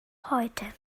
heute